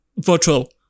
virtual